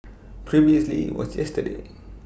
previously was yesterday